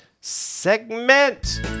segment